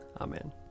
Amen